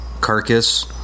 Carcass